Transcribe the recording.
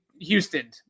Houston